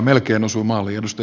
melkein osui maaliin